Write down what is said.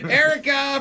erica